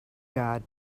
god